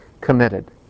committed